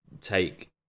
take